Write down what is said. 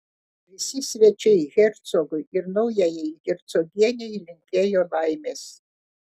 visi svečiai hercogui ir naujajai hercogienei linkėjo laimės